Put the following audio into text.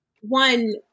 one